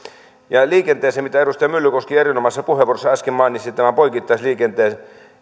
liikenteeseen edustaja myllykoski erinomaisessa puheenvuorossaan äsken mainitsi poikittaisliikenteen